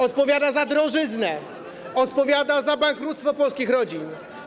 Odpowiada za drożyznę, odpowiada za bankructwo polskich rodzin.